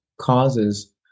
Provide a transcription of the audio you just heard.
causes